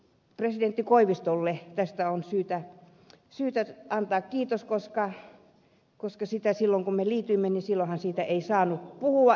presidentti koivistolle tästä on syytä antaa kiitos koska silloin kun me liityimme siitä ei saanut eikä uskaltanut puhua